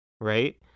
Right